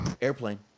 airplane